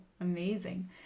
Amazing